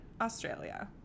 Australia